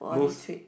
most